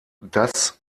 das